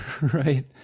right